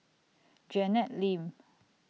Janet Lim